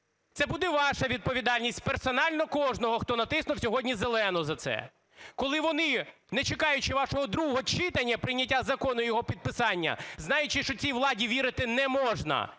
це буде ваша відповідальність персонально кожного, хто натиснув сьогодні зелену за це. Коли вони, не чекаючи вашого другого читання, прийняття закону і його підписання, знаючи, що цій владі вірити не можна,